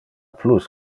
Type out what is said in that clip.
plus